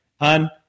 Hun